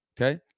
Okay